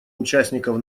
участников